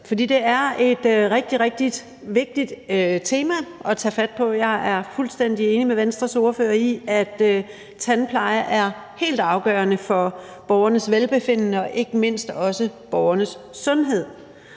et rigtig, rigtig vigtigt tema at tage fat på. Jeg er fuldstændig enig med Venstres ordfører i, at tandpleje er helt afgørende for borgernes velbefindende og ikke mindst også borgernes sundhed.